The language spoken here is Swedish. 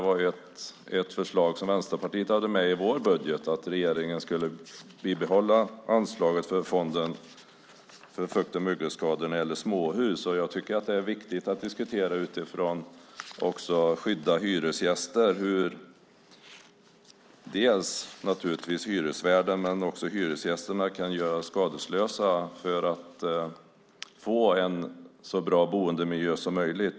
Vi i Vänsterpartiet hade som förslag i vår budget att regeringen skulle behålla anslaget för Fonden för fukt och mögelskador när det gäller småhus, och jag tycker att det är viktigt att diskutera också hur man ska skydda hyresgäster och hur naturligtvis hyresvärden men också hyresgästerna kan göras skadeslösa och få en så bra boendemiljö som möjligt.